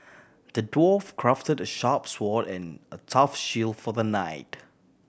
the dwarf crafted a sharp sword and a tough shield for the knight